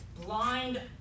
blind